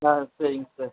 ஆ சரிங்க சார்